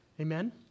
Amen